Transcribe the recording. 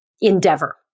endeavor